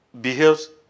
behaves